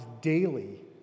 daily